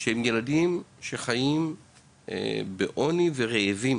הם ילדים שחיים בעוני וברעב.